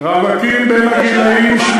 מגרש מפותח עם תשתיות מים,